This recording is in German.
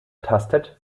tastet